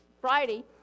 Friday